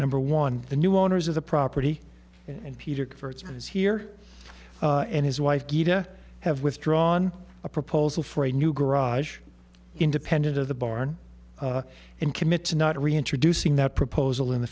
number one the new owners of the property and peter for its use here and his wife geeta have withdrawn a proposal for a new garage independent of the barn and commit to not reintroducing that proposal in the